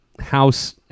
house